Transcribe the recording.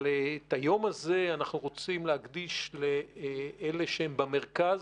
אבל את היום הזה אנחנו רוצים להקדיש לאלה שבמרכז,